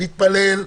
מתפלל,